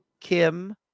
Kim